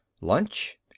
Lunch